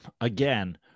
again